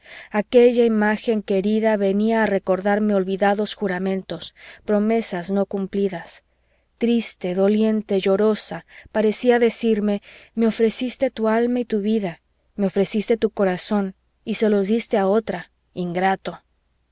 aquella imagen querida venía a recordarme olvidados juramentos promesas no cumplidas triste doliente llorosa parecía decirme me ofreciste tu alma y tu vida me ofreciste tu corazón y se los diste a otra ingrato